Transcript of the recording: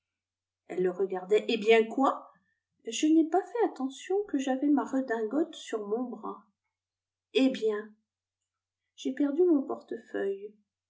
le regardait eh bien quoi je n'ai pas fait attention que j'avais ma redingote sur mon bras eh bien j'ai perdu mon portefeuille